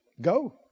Go